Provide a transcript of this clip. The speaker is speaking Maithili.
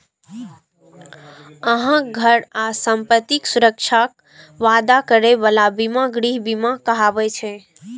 अहांक घर आ संपत्तिक सुरक्षाक वादा करै बला बीमा गृह बीमा कहाबै छै